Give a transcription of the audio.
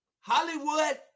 Hollywood